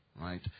right